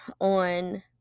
on